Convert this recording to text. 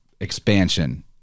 expansion